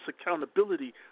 accountability